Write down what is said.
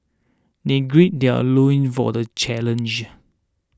they greed their loins for the challenge